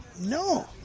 No